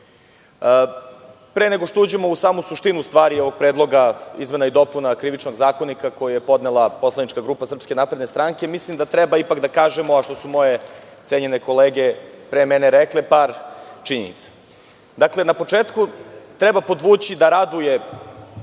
pre nego što uđemo u samu suštinu stvari ovog predloga izmena i dopuna Krivičnog zakonika koji je podnela poslanička grupa SNS, milim da treba ipak da kažemo, a što su moje cenjene kolege rekle, par činjenica. Dakle, na početku treba podvući da raduje